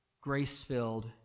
grace-filled